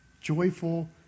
joyful